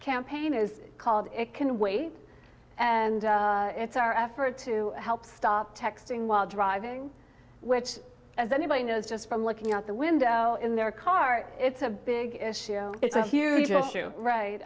campaign is called it can wait and it's our effort to help stop texting while driving which as anybody knows just from looking out the window in their car it's a big issue it's a huge issue right